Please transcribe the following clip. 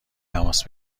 تماس